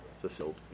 fulfilled